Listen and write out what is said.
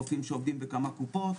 רופאים שעובדים בכמה קופות,